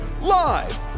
Live